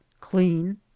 clean